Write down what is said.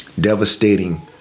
Devastating